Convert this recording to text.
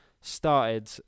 started